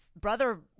brother